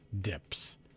dips